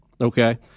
okay